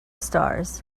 stars